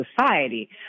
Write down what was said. society